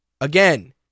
Again